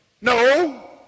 No